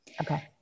okay